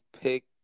pick